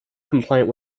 compliant